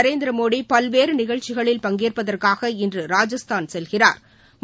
நரேந்திரமோடி பல்வேறு நிகழ்ச்சிகளில் பங்கேற்பதற்காக இன்று ராஜஸ்தான் செல்கிறாா்